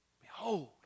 Behold